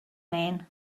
man